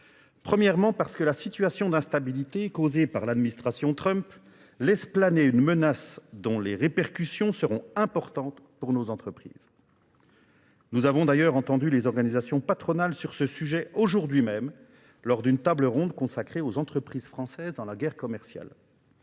Premièrement parce que la situation d'instabilité causée par l'administration Trump laisse planer une menace dont les répercussions seront importantes pour nos entreprises. Nous avons d'ailleurs entendu les organisations patronales sur ce sujet aujourd'hui même lors d'une table ronde consacrée aux entreprises françaises dans la guerre commerciale.